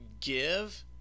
Give